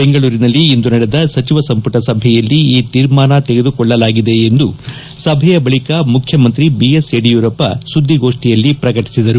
ಬೆಂಗಳೂರಿನಲ್ಲಿ ಇಂದು ನಡೆದ ಸಚಿವ ಸಂಪುಟ ಸಭೆಯಲ್ಲಿ ಈ ತೀರ್ಮಾನ ತೆಗೆದುಕೊಳ್ಳಲಾಗಿದೆ ಎಂದು ಸಭೆಯ ಬಳಿಕ ಮುಖ್ಯಮಂತ್ರಿ ಬಿಎಸ್ ಯಡಿಯೂರಪ್ಪ ಸುದ್ಲಿಗೋಷ್ನಿಯಲ್ಲಿ ಪ್ರಕಟಿಸಿದರು